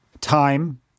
time